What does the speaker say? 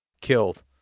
killed